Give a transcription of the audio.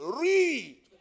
read